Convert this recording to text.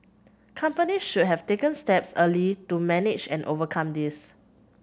companies should have taken steps early to manage and overcome this